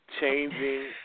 changing